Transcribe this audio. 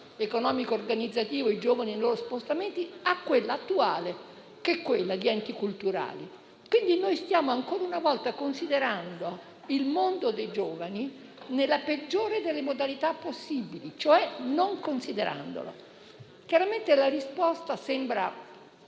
economico-organizzativo i giovane nei loro spostamenti, poi a quella attuale di enti culturali. Stiamo, quindi, ancora una volta, considerando il mondo dei giovani nella peggiore delle modalità possibili, cioè non considerandolo. Chiaramente la risposta e